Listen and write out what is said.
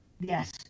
Yes